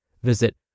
Visit